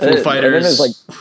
fighters